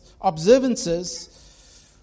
observances